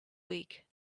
week